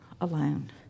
alone